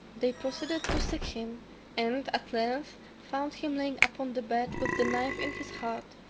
they proceeded to seek him and at length found him lying upon the bed with the knife in his heart,